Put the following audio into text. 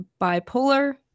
bipolar